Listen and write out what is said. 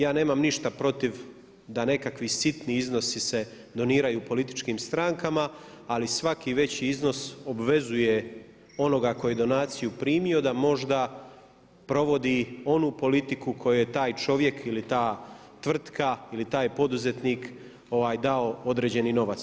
Ja nemam ništa protiv da nekakvi sitni iznosi se doniraju političkim strankama, ali svaki veći iznos obvezuje onoga koji je donaciju primio da možda provodi onu politiku koju je taj čovjek ili ta tvrtka ili taj poduzetnik dao određeni novac.